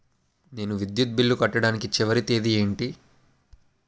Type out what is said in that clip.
నేను విద్యుత్ బిల్లు కట్టడానికి చివరి తేదీ ఏంటి?